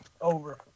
Over